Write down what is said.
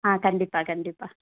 ஆ கண்டிப்பாக கண்டிப்பாக